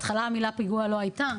בהתחלה המילה פיגוע לא הייתה.